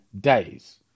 days